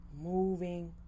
moving